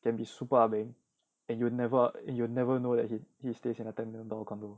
can be super ah beng and you'll never you'll never know that he he stays and attend ten million dollar condo